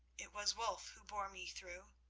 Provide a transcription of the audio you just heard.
it was wulf who bore me through.